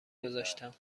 گذاشتم